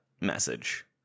message